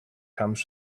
comes